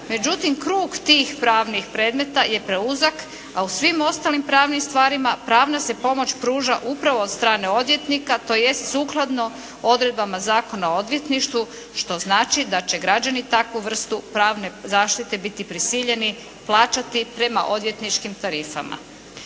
Međutim, krug tih pravnih predmeta je preuzak a u svim ostalim pravnim stvarima pravna se pomoć pruža upravo od strane odvjetnika, tj. sukladno odredbama Zakona o odvjetništvu što znači da će građani takvu vrstu pravne zaštite biti prisiljeni plaćati prema odvjetničkim tarifama.